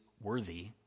worthy